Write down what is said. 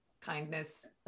kindness